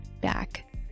back